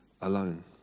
alone